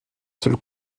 seul